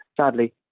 Sadly